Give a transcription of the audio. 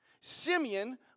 Simeon